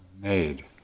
made